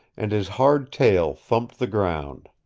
and his hard tail thumped the ground.